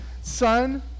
Son